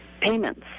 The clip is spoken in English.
payments